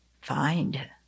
Find